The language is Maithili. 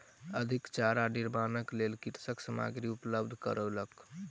अधिक चारा निर्माणक लेल कृषक सामग्री उपलब्ध करौलक